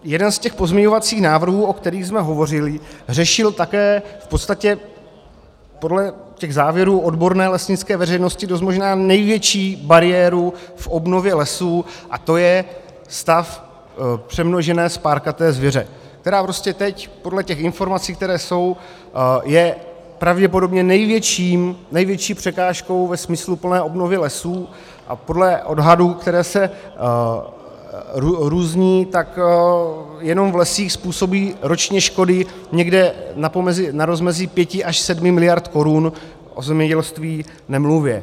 Jeden z těch pozměňovacích návrhů, o kterých jsme hovořili, řešil také v podstatě podle těch závěrů odborné lesnické veřejnosti dost možná největší bariéru v obnově lesů, a to je stav přemnožené spárkaté zvěře, která prostě teď podle těch informací, které jsou, je pravděpodobně největší překážkou ve smysluplné obnově lesů a podle odhadů, které se různí, tak jenom v lesích způsobí ročně škody někde na rozmezí pěti až sedmi miliard korun, o zemědělství nemluvě.